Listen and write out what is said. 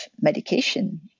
medication